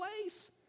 place